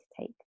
take